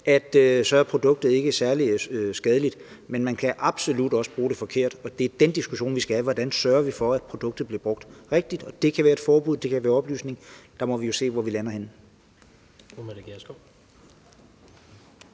er produktet ikke særlig skadeligt, men man kan absolut også bruge det forkert. Og det er den diskussion, vi skal have, nemlig om, hvordan vi sørger for, at produktet bliver brugt rigtigt. Det kan være et forbud. Det kan være oplysning. Der må vi jo se, hvor vi lander henne.